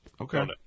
okay